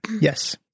yes